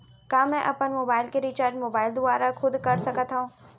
का मैं अपन मोबाइल के रिचार्ज मोबाइल दुवारा खुद कर सकत हव?